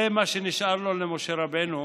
זה מה שנשאר לו, למשה רבנו,